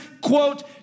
quote